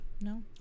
No